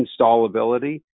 installability